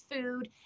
food